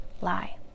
lie